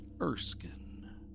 Erskine